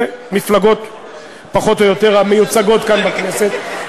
ומפלגות פחות או יותר המיוצגות כאן בכנסת,